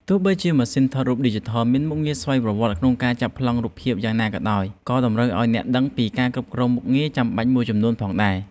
ទោះបីជាម៉ាស៊ីនថតរូបឌីជីថលមានមុខងារស្វ័យប្រវត្តិក្នុងការចាប់ប្លង់រូបភាពយ៉ាងណាក៏ដោយ ក៏តម្រូវឱ្យអ្នកដឹងពីការគ្រប់គ្រងមុខងារចាំបាច់មួយចំនួនផងដែរ។